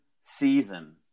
season